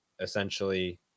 essentially